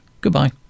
Goodbye